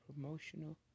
promotional